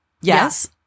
Yes